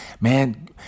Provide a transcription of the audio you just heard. man